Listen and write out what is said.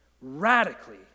radically